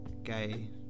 gay